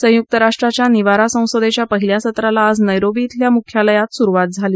संयुक्त राष्ट्राच्या निवारा संसदेच्या पहिल्या सत्राला आज नैरोबी शिल्या मुख्यालयात सुरुवात झाली